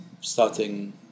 starting